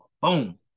boom